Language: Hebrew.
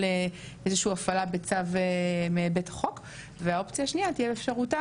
איזשהו הפעלה בצו מהיבט החוק והאופציה השנייה תהיה באפשרותה